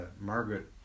Margaret